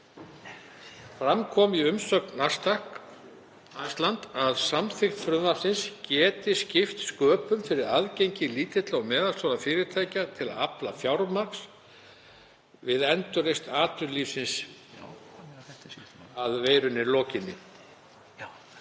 Fram kom í umsögn Nasdaq Iceland að samþykkt frumvarpsins geti skipt sköpum fyrir aðgengi lítilla og meðalstórra fyrirtækja til að afla fjármagns við endurreisn atvinnulífsins að veirufaraldri